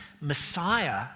Messiah